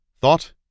Thought